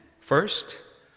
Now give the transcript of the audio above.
first